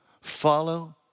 Follow